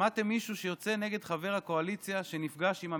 שמעתם מישהו שיוצא נגד חבר הקואליציה שנפגש עם המסית,